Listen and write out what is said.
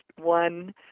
one